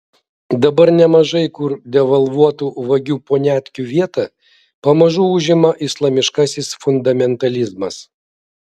dabar nemažai kur devalvuotų vagių poniatkių vietą pamažu užima islamiškasis fundamentalizmas